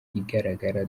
igaragara